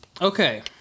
Okay